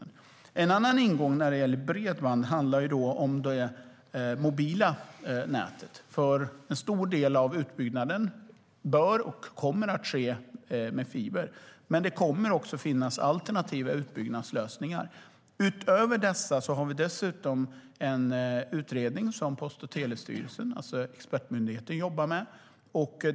En annan ingång när det gäller bredband handlar om det mobila nätet. En stor del av utbyggnaden bör och kommer nämligen att ske med fiber. Men det kommer också att finnas alternativa utbyggnadslösningar. Utöver dessa har vi en utredning som Post och telestyrelsen, alltså expertmyndigheten, jobbar med.